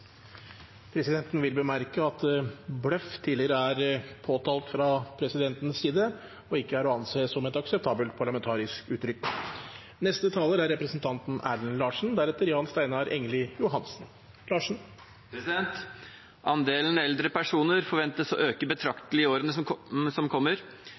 Presidenten vil bemerke at «bløff» tidligere er påtalt fra presidentens side og ikke er å anse som et akseptabelt parlamentarisk uttrykk. Andelen eldre personer forventes å øke betraktelig i årene som kommer,